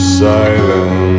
silence